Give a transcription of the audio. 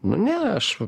nu ne aš